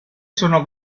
sono